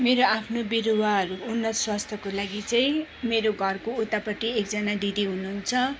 मेरो आफ्नो बिरुवाहरू उन्नत स्वास्थ्यको लागि चाहिँ मेरो घरको उतापट्टि एकजना दिदी हुनुहुन्छ